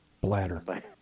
bladder